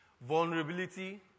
vulnerability